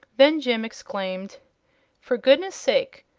then jim exclaimed for goodness sake,